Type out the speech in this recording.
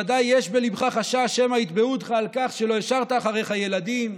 ודאי יש בליבך חשש שמא יתבעו אותך על כך שלא השארת אחריך ילדים.